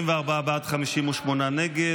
44 בעד, 58 נגד.